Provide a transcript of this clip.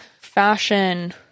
fashion